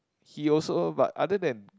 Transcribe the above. he also but other than